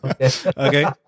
Okay